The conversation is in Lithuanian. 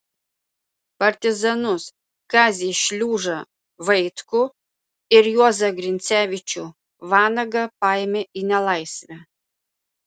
partizanus kazį šliužą vaitkų ir juozą grincevičių vanagą paėmė į nelaisvę